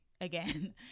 again